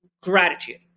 gratitude